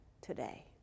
today